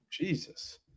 Jesus